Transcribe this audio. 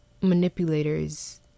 manipulators